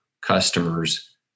customers